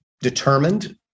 determined